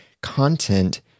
content